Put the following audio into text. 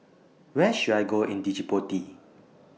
Where should I Go in Djibouti